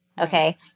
Okay